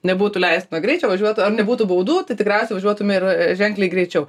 nebūtų leistino greičio važiuotų ar nebūtų baudų tai tikriausiai važiuotume ir ženkliai greičiau